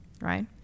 right